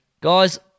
Guys